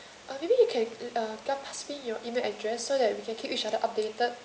uh maybe you can uh send me your email address so that you can keep each other updated